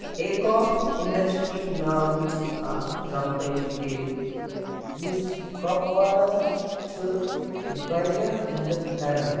ایکاف industry ناوٕچ اکھ company تہِ یُس کۄپوارا چھِ واریاہ مدد کران